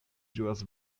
ĝuas